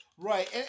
Right